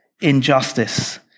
injustice